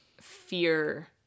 fear